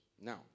Now